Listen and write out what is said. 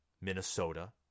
Minnesota